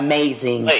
Amazing